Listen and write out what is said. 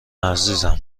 عزیزم